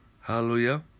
Hallelujah